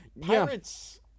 Pirates